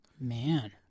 Man